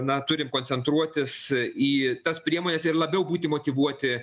na turim koncentruotis į tas priemones ir labiau būti motyvuoti